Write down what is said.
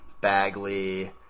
Bagley